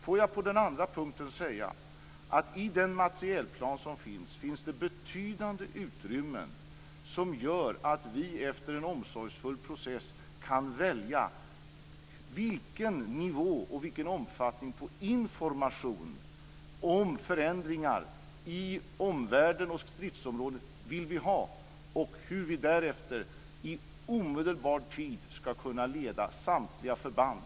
Får jag på den andra punkten säga att det i den materielplan som finns finns betydande utrymmen som gör att vi efter en omsorgsfull process kan välja vilken nivå och vilken omfattning på information om förändringar i omvärlden och stridsområdet som vi vill ha. Därefter ska vi omedelbart kunna leda samtliga förband.